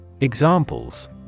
Examples